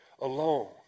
alone